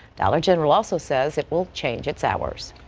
dollar general also says it will change its hours.